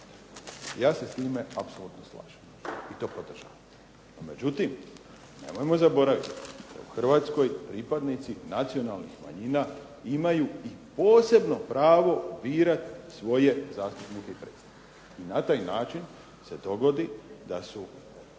Ja se s time apsolutno slažem i to podržavam. No međutim, nemojmo zaboraviti u Hrvatskoj pripadnici nacionalnih manjina imaju i posebno pravo birati svoje zastupnike i predstavnike i na taj način se dogodi da su,